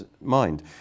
mind